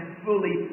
fully